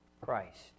Christ